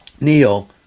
Neil